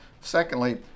secondly